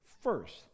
first